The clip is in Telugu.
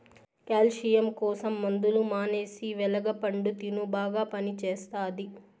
క్యాల్షియం కోసం మందులు మానేసి వెలగ పండు తిను బాగా పనిచేస్తది